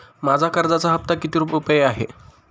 माझ्या कर्जाचा हफ्ता किती रुपये आहे?